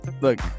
Look